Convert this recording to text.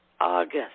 August